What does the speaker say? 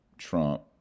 Trump